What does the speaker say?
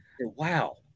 Wow